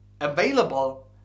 available